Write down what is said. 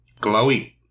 Glowy